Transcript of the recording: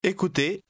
Écoutez